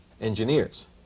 engineers